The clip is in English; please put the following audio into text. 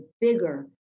bigger